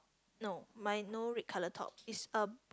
no mine no red colour top is a